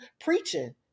preaching